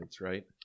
right